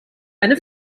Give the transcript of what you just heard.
eine